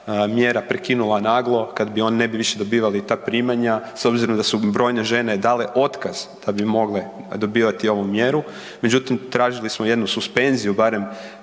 mjera prekinula naglo, kada oni ne bi više dobivali ta primanja, s obzirom da su brojne žene dale otkaz da bi mogle dobivati ovu mjeru, međutim tražili smo jednu suspenziju barem